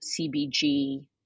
CBG